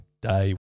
day